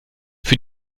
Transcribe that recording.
für